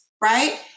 right